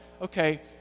okay